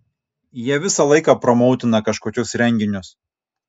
jie visą laiką promautina kažkokius renginius